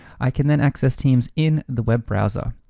i can then access teams in the web browser.